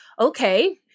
okay